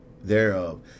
thereof